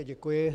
Děkuji.